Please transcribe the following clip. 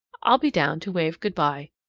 i'll be down to wave good-by.